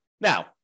Now